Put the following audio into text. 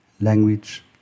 language